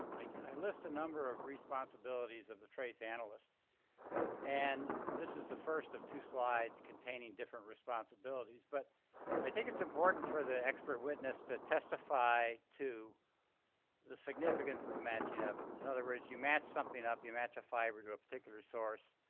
i list a number of responsibilities of the trace analyst and this is the first of the two slides containing different responsibilities but i think it's important for the expert witness to testify to the significance of the matching evidence. in other words, you match something up, you match a fiber to a particular source,